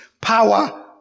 power